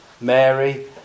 Mary